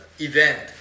event